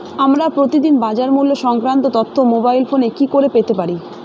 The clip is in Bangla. আমরা প্রতিদিন বাজার মূল্য সংক্রান্ত তথ্য মোবাইল ফোনে কি করে পেতে পারি?